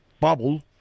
bubble